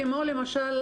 כמו למשל,